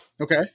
Okay